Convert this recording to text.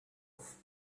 off